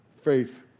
faith